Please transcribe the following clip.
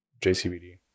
JCBD